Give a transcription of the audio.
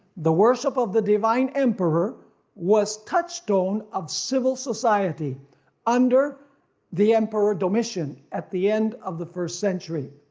the worship of the divine emperor was touchstone of civil society under the emperor domitian, at the end of the first century.